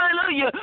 hallelujah